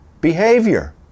behavior